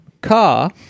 car